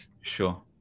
Sure